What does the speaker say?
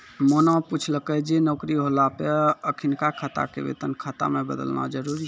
मोना पुछलकै जे नौकरी होला पे अखिनका खाता के वेतन खाता मे बदलना जरुरी छै?